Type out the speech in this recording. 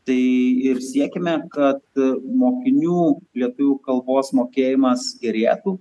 tai ir siekiame kad mokinių lietuvių kalbos mokėjimas gerėtų